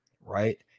right